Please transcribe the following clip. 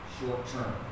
short-term